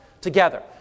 Together